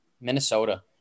Minnesota